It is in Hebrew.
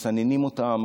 מסננים אותם,